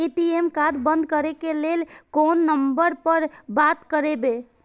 ATM card बंद करे के लेल कोन नंबर पर बात करबे?